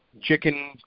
chicken